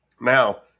Now